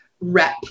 rep